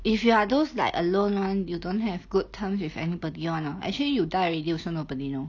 if you are those like alone [one] you don't have good terms with anybody [one] hor actually you die already also nobody know